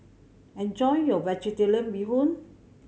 enjoy your Vegetarian Bee Hoon